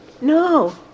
No